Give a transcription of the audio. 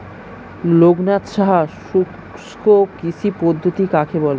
লোকনাথ সাহা শুষ্ককৃষি পদ্ধতি কাকে বলে?